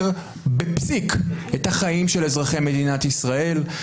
בפסיק את החיים של אזרחי מדינת ישראל.